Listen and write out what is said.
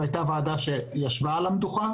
והייתה ועדה שישבה על המדוכה